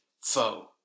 foe